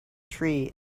tree